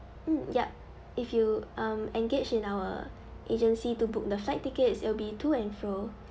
mm yup if you um engage in our agency to book the flight tickets it'll be to and fro